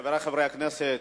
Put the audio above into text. חברי חברי הכנסת,